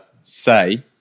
say